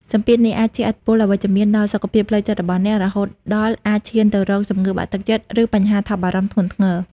សម្ពាធនេះអាចជះឥទ្ធិពលអវិជ្ជមានដល់សុខភាពផ្លូវចិត្តរបស់អ្នក រហូតដល់អាចឈានទៅរកជំងឺបាក់ទឹកចិត្ត ឬបញ្ហាថប់បារម្ភធ្ងន់ធ្ងរ។